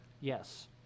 Yes